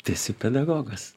tu esi pedagogas